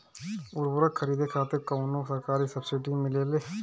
उर्वरक खरीदे खातिर कउनो सरकारी सब्सीडी मिलेल?